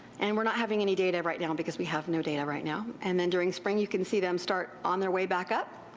and weire not having any data right now because we have no data right now, and then during spring you can see them start on their way back up.